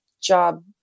job